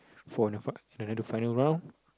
for another fi~ another final round